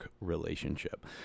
relationship